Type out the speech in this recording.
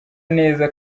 neza